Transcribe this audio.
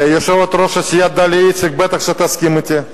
ויושבת-ראש הסיעה דליה איציק בטח תסכים אתי.